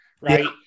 right